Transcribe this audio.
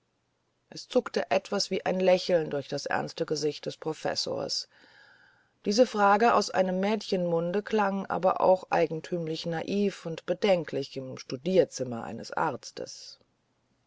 es zuckte etwas wie ein lächeln durch das ernste gesicht des professors diese frage aus einem mädchenmunde klang aber auch eigentümlich naiv und bedenklich im studierzimmer des arztes